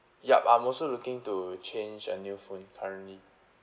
yup I'm also looking to change a new phone currently